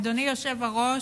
אדוני היושב-ראש,